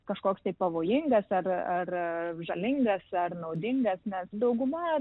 kažkoks tai pavojingas ar žalingas ar naudingas nes dauguma